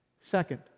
Second